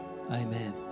amen